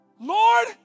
Lord